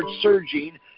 surging